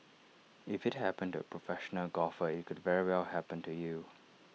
if IT happened to A professional golfer IT could very well happen to you